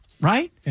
right